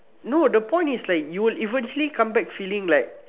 no the point is like you will eventually come back feeling like